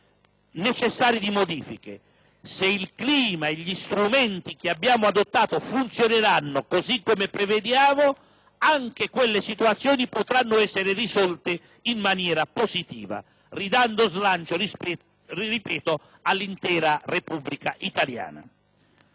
delle modifiche; se il clima e gli strumenti che abbiamo adottato funzioneranno, così come prevediamo, anche quelle situazioni potranno essere risolte in maniera positiva, ridando slancio - ripeto - all'intera Repubblica italiana.